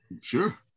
sure